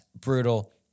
brutal